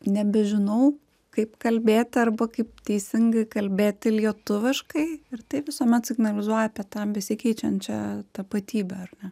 nebežinau kaip kalbėti arba kaip teisingai kalbėti lietuviškai ir tai visuomet signalizuoja apie tam besikeičiančią tapatybę